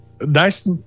nice